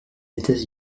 états